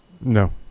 No